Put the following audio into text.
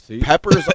Peppers